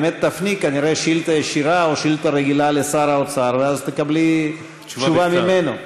תפני שאילתה ישירה או שאילתה רגילה לשר האוצר ואז תקבלי תשובה ממנו.